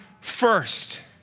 first